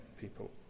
people